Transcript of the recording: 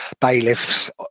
bailiffs